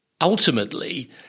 ultimately